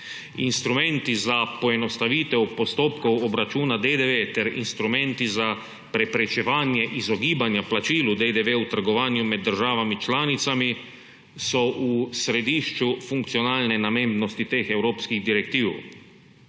Instrumenti za poenostavitev postopkov obračuna DDV ter instrumenti za preprečevanja izogibanja plačilu DDV v trgovanju med državami članicami so v središču funkcionalne namembnosti teh evropskih direktiv;